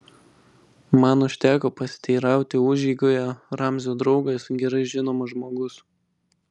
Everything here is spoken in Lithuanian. man užteko pasiteirauti užeigoje ramzio draugas gerai žinomas žmogus